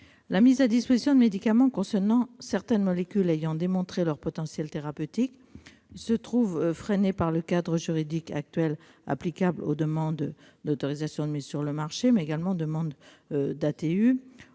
La mise à disposition de médicaments contenant certaines molécules ayant démontré leur potentiel thérapeutique se trouve freinée par le cadre juridique actuel applicable aux demandes d'autorisation de mise sur le marché, mais également aux demandes d'ATU,